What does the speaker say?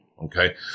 Okay